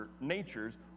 natures